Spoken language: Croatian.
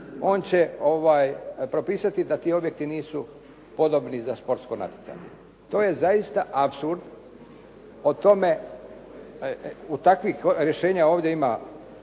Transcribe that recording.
on će propisati da ti objekti nisu podobni za sportsko natjecanje. To je zaista apsurd. Takvih rješenja ovdje ima